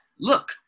look